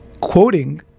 quoting